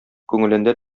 күңелендә